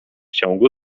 ciągu